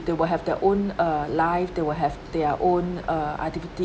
they will have their own uh life they will have their own uh activity